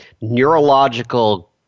neurological